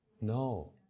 no